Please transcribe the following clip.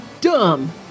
dumb